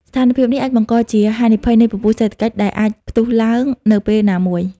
ស្ថានភាពនេះអាចបង្កជាហានិភ័យនៃពពុះសេដ្ឋកិច្ច ដែលអាចផ្ទុះឡើងនៅពេលណាមួយ។